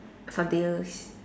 for deals